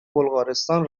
بلغارستان